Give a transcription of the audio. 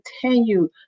continue